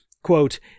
Quote